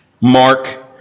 Mark